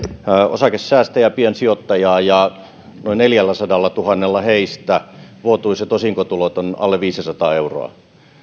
osakesäästäjää ja piensijoittajaa ja noin neljälläsadallatuhannella heistä vuotuiset osinkotulot ovat alle viisisataa euroa